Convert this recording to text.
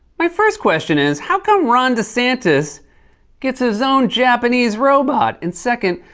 my first question is, how come ron desantis gets his own japanese robot? and, second,